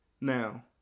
Now